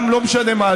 לא משנה על מה,